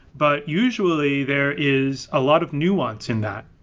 but usually there is a lot of nuance in that.